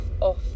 off